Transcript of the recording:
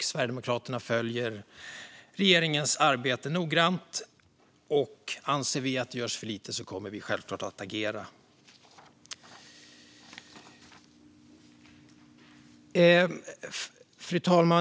Sverigedemokraterna följer regeringens arbete noggrant. Anser vi att det görs för lite kommer vi självklart att agera. Fru talman!